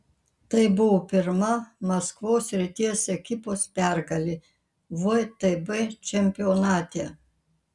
tai buvo pirma maskvos srities ekipos pergalė vtb čempionate